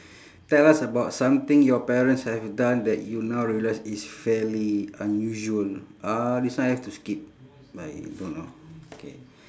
tell us about something your parents have done that you now realise is fairly unusual uh this one I have to skip I don't know